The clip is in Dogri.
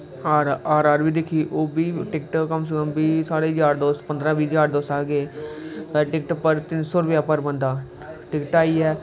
आर आर बी दिक्खी ओह् बी टिक्ट कम से कम साढ़े यार दोस्त पंदरां बीह् यार दोस्त अस गे टिक्ट तिन्न सौ रपेऽ पर बंदा टिक्ट आई ऐ